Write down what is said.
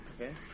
Okay